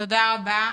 תודה רבה.